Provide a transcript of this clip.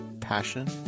passion